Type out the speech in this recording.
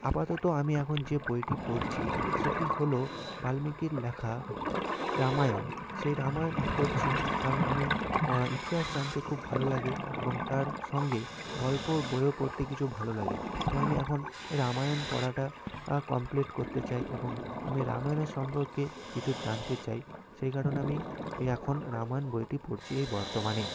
আপাতত আমি এখন যে বইটি পড়ছি সেটি হলো বাল্মীকির লেখা রামায়ণ সেই রামায়ণ পড়ছি কারণ আমি ইতিহাস জানতে খুব ভালো লাগে এবং তার সঙ্গে গল্পর বইও পড়তে কিছু ভালো লাগে তাই আমি এখন রামায়ণ পড়াটা কমপ্লিট করতে চাই এবং আমি রামায়ণের সম্পর্কে কিছু জানতে চাই সেই কারণে আমি এই এখন রামায়ণ বইটি পড়ছি এই বর্তমানে